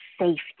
safety